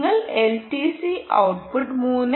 നിങ്ങൾ LTC output 3